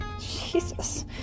Jesus